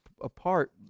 apart